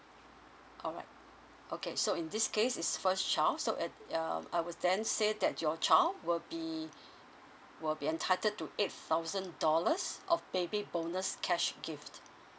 alright okay so in this case is first child so and err I will then say that your child will be will be entitled to eight thousand dollars of baby bonus cash gift